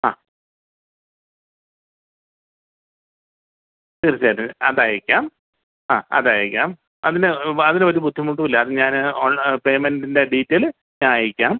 ആ തീർച്ചയായിട്ടും അത് അയക്കാം ആ അതയക്കാം അതിനെ അതിന് ഒരു ബുദ്ധിമുട്ടൂല്ല അത് ഞാൻ ഓൺലൈ പെയ്മെൻറ്റിൻ്റെ ഡീറ്റെയിൽ ഞാൻ അയക്കാം